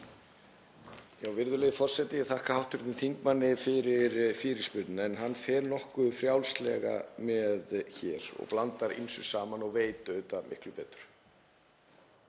Virðulegur forseti. Ég þakka hv. þingmanni fyrir fyrirspurnina en hann fer nokkuð frjálslega með hér og blandar ýmsu saman og veit auðvitað miklu betur.